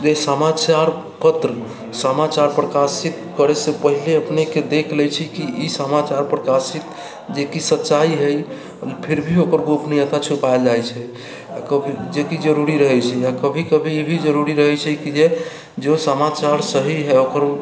जे समाचार पत्र समाचार प्रकाशित करै से पहिले अपनेके देखि लै छै कि ई समाचार प्रकाशित जेकि सच्चाइ हइ फिर भी ओकर गोपनीयता छुपायल जाइत छै जेकि जरूरी रहैत छै आ कभी कभी ई भी जरूरी रहैत छै कि जो समाचार सही हइ ओकर